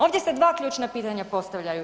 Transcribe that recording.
Ovdje se dva ključna pitanja postavljaju.